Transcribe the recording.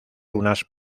unas